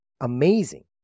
amazing